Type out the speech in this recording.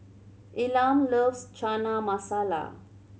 Elam loves Chana Masala